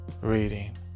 reading